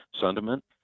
sentiment